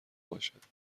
باشند